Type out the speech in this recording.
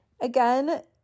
again